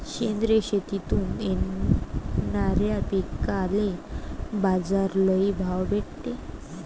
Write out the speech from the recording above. सेंद्रिय शेतीतून येनाऱ्या पिकांले बाजार लई भाव भेटते